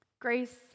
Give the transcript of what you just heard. Grace